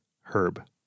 Herb